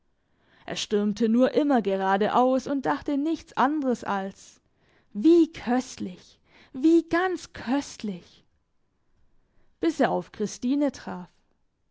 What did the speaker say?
er stürmte nur immer gerade aus und dachte nichts anderes als wie köstlich wie ganz köstlich bis er auf christine traf